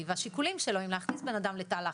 והשיקולים שלו אם להכניס בן אדם לתא לחלץ,